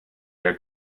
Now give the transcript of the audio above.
der